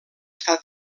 està